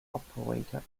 operator